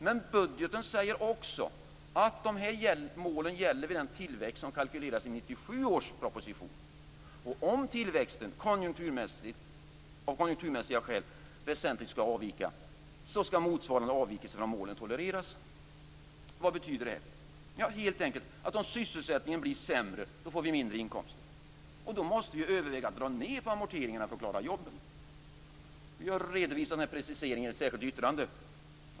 Men budgeten säger också att dessa mål gäller vid den tillväxt som kalkylerades i 1997 års proposition. Om tillväxten av konjunkturmässiga skäl väsentligt skall avvika, skall motsvarande avvikelse från målen tolereras. Vad betyder detta? Ja, helt enkelt att om sysselsättningen blir sämre, får vi mindre inkomster. Då måste vi överväga att dra ned på amorteringarna för att klara jobben. Vi har redovisat denna precisering i ett särskilt yttrande.